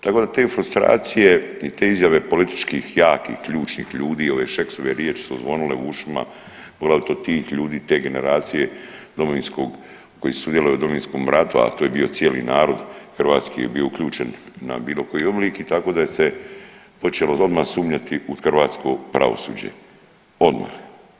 Tako da te frustracije i te izjave političkih jakih ključnih ljudi ove Šeksove riječi su zvonile u ušima, poglavito tih ljudi te generacije koji su sudjelovali u Domovinskom ratu, a to je bio cijeli narod hrvatski je bio uključen na bilo koji oblik i tako da je se počelo … sumnjati u hrvatsko pravosuđe odmah.